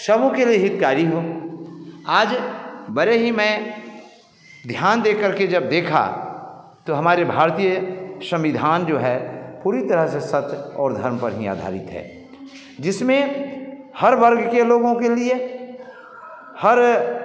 सब के लिए हितकारी हो आज भले ही में ध्यान देकर के जब देखा तो हमारे भारतीय संविधान जो है पूरी तरह से सत्य और धर्म पर ही आधारित है जिसमें हर वर्ग के लोगों के लिए हर